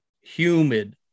humid